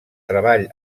treball